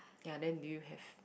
ya then do you have